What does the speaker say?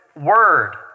word